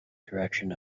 direction